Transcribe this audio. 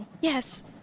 Yes